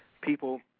People